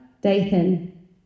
Dathan